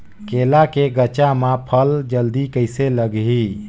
केला के गचा मां फल जल्दी कइसे लगही?